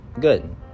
good